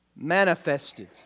Manifested